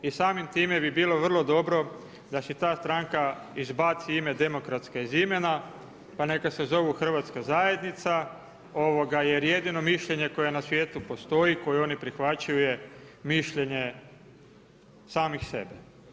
I samim time bi bilo vrlo dobro da se ta stranka izbaci ime demokratska iz imena, pa neka se zovu hrvatska zajednica, jer jedino mišljenje koje na svijetu postoji, koje oni prihvaćaju je mišljenje samih sebe.